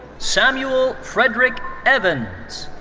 samuel frederick evans.